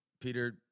Peter